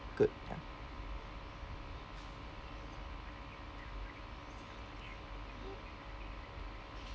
good ya